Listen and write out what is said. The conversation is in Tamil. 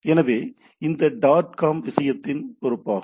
எனவே இந்த டாட் காம் விஷயத்தின் பொறுப்பாகும்